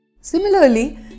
Similarly